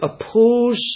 oppose